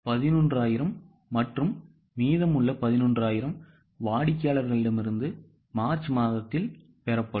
11000 மற்றும் மீதமுள்ள 11000 வாடிக்கையாளர்களிடமிருந்து மார்ச் மாதத்தில் பெறப்படும்